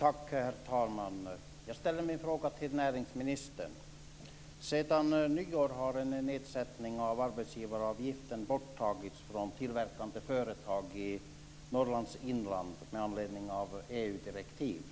Herr talman! Jag ställer min fråga till näringsministern. Sedan nyår är en nedsättning av arbetsgivaravgiften borttagen från tillverkande företag i Norrlands inland med anledning av EU-direktiv.